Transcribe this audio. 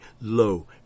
low